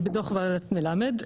בדוח ועדת מלמד,